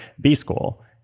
B-School